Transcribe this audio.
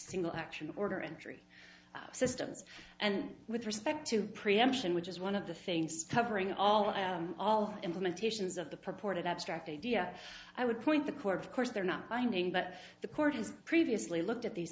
single action order entry systems and with respect to preemption which is one of the things covering all and all implementations of the purported abstract idea i would point the court of course they're not binding but the court has previously looked at these